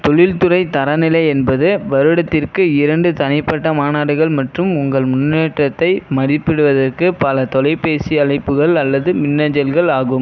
தொழில்துறை தரநிலை என்பது வருடத்திற்கு இரண்டு தனிப்பட்ட மாநாடுகள் மற்றும் உங்கள் முன்னேற்றத்தை மதிப்பிடுவதற்கு பல தொலைபேசி அழைப்புகள் அல்லது மின்னஞ்சல்கள் ஆகும்